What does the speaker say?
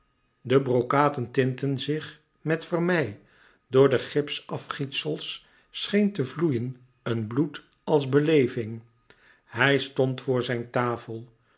de brokaten tintten zich met vermeil door de gipsafgietsels scheen te vloeien een bloed als beleving hij stond voor zijn tafel